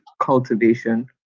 cultivation